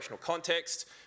context